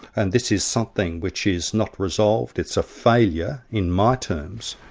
and this is something which is not resolved. it's a failure in my terms,